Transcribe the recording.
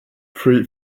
three